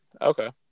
Okay